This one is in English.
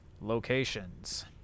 Locations